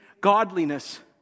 godliness